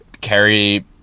Carry